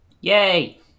Yay